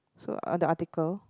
so the article